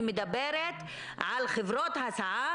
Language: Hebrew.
אני מדברת על חברות הסעה